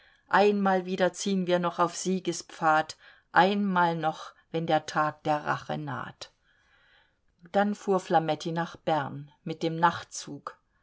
einmal wieder zieh'n wir noch auf siegespfad einmal noch wenn der tag der rache naht dann fuhr flametti nach bern mit dem nachtzug